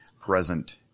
present